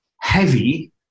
heavy